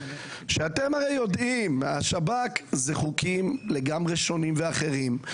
שאתם הרי יודעים ששב"כ זה חוקים לגמרי שונים ואחרים.